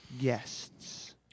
guests